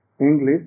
English